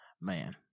Man